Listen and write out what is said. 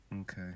Okay